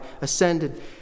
ascended